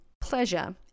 pleasure